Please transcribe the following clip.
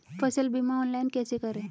फसल बीमा ऑनलाइन कैसे करें?